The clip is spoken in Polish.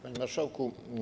Panie Marszałku!